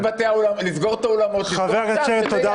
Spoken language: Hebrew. לסגור את האולמות, שזה יהיה התוכן